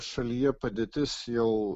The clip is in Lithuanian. šalyje padėtis jau